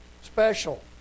special